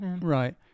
Right